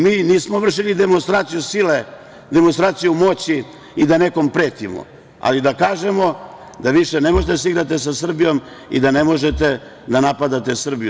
Mi nismo vršili demonstraciju sile, demonstraciju moći i da nekome pretimo, ali da kažemo da više ne možete da se igrate sa Srbijom i da ne možete da napadate Srbiju.